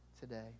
today